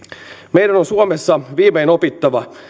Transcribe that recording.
meidän on suomessa viimein opittava